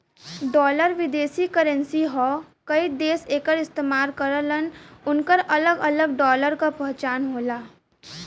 dollar विदेशी currency हौ कई देश एकर इस्तेमाल करलन उनकर अलग अलग डॉलर क पहचान होला